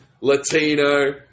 Latino